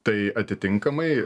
tai atitinkamai